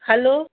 hello